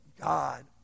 God